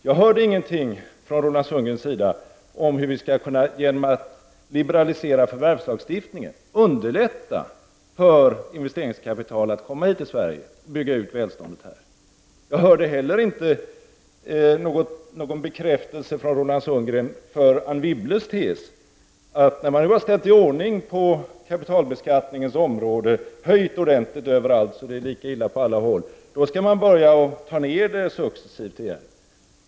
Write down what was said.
Jag hörde ingenting från Roland Sundgren om hur vi skall kunna, genom att liberalisera förvärvslagstiftningen, underlätta för investeringskapital att komma hit till Sverige och bygga ut välståndet här. Jag hörde heller inte någon bekräftelse från Roland Sundgren på Anne Wibbles tes att när man har höjt kapitalbeskattningen ordentligt överallt så att det är lika illa på alla håll, då skall man börja sänka den successivt igen.